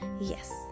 Yes